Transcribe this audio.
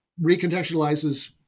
recontextualizes